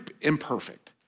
imperfect